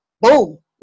boom